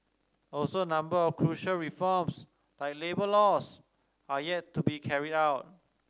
also a number of crucial reforms like labour laws are yet to be carried out